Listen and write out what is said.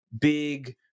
big